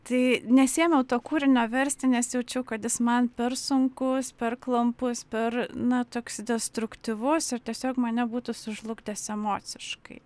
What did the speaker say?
tai nesiėmiau to kūrinio versti nes jaučiau kad jis man per sunkus per klampus per na toks destruktyvus ir tiesiog mane būtų sužlugdęs emociškai